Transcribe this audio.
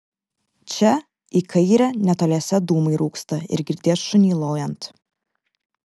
čia į kairę netoliese dūmai rūksta ir girdėt šunį lojant